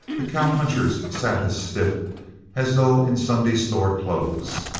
the cowpunchers sat as stiff as though in sunday store-clothes.